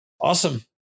Awesome